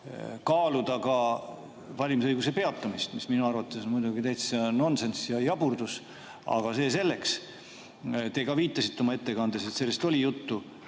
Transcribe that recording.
kaaluda ka valimisõiguse peatamist, mis minu arvates on muidugi täitsa nonsenss ja jaburdus, aga see selleks. Te ka viitasite oma ettekandes, et sellest oli juttu.